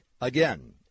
Again